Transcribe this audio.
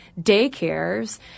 daycares